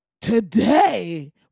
today